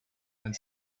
and